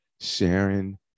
Sharon